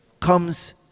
comes